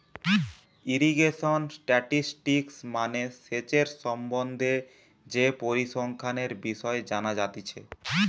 irrigation statistics মানে সেচের সম্বন্ধে যে পরিসংখ্যানের বিষয় জানা যাতিছে